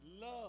Love